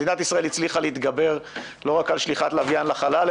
מדינת ישראל הצליחה להתגבר לא רק על שליחת לוויין לחלל,